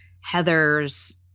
heather's